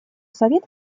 совет